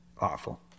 Awful